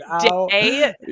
day